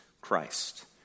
Christ